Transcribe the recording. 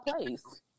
place